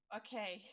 okay